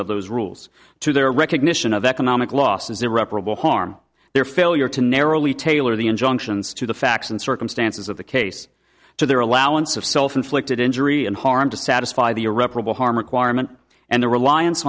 of those rules to their recognition of economic losses irreparable harm their failure to narrowly tailored the injunctions to the facts and circumstances of the case to their allowance of self inflicted injury and harm to satisfy the irreparable harm requirement and the reliance